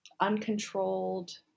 uncontrolled